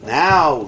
now